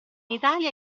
italia